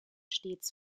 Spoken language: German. stets